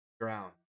drown